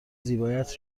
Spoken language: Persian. زیبایت